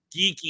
Geeky